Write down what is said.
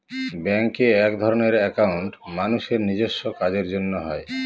ব্যাঙ্কে একধরনের একাউন্ট মানুষের নিজেস্ব কাজের জন্য হয়